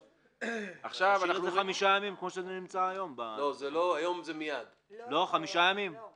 את זה הוא צריך לדעת כדי שהוא לא יתעורר בבוקר